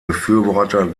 befürworter